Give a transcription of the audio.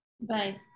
Bye